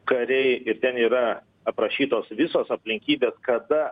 kariai ir ten yra aprašytos visos aplinkybės kada